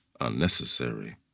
unnecessary